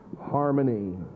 harmony